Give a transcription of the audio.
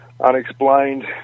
unexplained